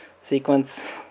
sequence